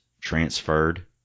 transferred